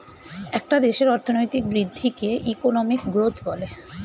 একটা দেশের অর্থনৈতিক বৃদ্ধিকে ইকোনমিক গ্রোথ বলে